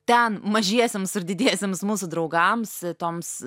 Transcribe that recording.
ten mažiesiems ir didiesiems mūsų draugams toms